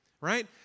right